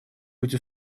быть